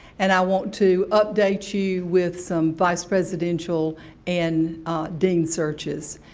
and i want to update you with some vice presidential and dean searches.